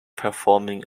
performing